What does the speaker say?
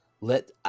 Let